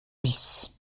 bis